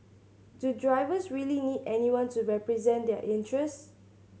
do drivers really need anyone to represent their interest